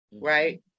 right